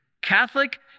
Catholic